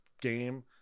game